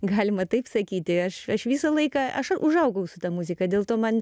galima taip sakyti aš visą laiką aš užaugau su ta muzika dėl to man